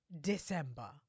December